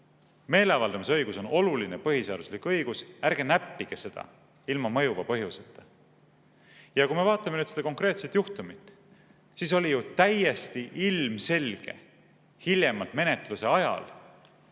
"Meeleavaldamise õigus on oluline põhiseaduslik õigus, ärge näppige seda ilma mõjuva põhjuseta." Kui me vaatame seda konkreetset juhtumit, siis oli ju täiesti ilmselge – hiljemalt menetluse ajal